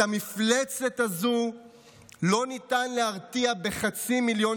את המפלצת הזו לא ניתן להרתיע בחצי מיליון